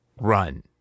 run